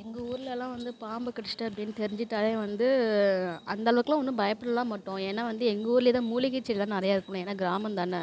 எங்கள் ஊர்லெலாம் வந்து பாம்பு கடிச்சுட்டு அப்டின்னு தெரிஞ்சிட்டாலே வந்து அந்தளவுக்கெலாம் ஒன்றும் பயப்பட்லாம் மாட்டோம் ஏனால் வந்து எங்கள் ஊரில்தான் மூலிகை செடியெலாம் நிறையா இருக்குமே ஏனால் கிராமந்தானே